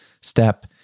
step